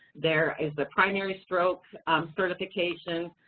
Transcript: there is a primary stroke certification,